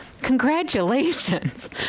congratulations